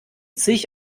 sich